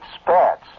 spats